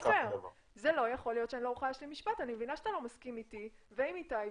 אני מבינה שאתה לא מסכים אתי ועם איתי,